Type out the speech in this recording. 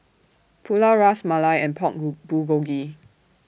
Pulao Ras Malai and Pork Bulgogi